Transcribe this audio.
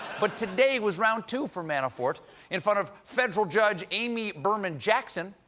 but today was round two for manafort in front of federal judge amy berman jackson.